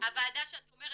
הוועדה שאת אומרת,